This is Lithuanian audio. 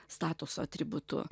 statuso atributu